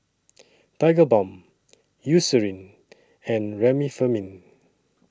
Tigerbalm Eucerin and Remifemin